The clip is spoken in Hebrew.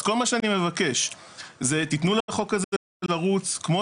אז כל מה שאני מבקש זה תתנו לחוק הזה לרוץ, כמו